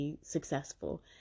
successful